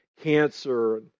cancer